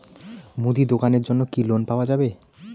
মুদি দোকানের জন্যে কি লোন পাওয়া যাবে?